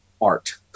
art